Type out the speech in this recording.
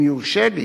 אם יורשה לי,